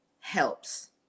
helps